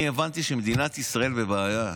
אני הבנתי שמדינת ישראל בבעיה,